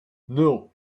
nul